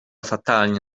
fatalnie